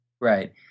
Right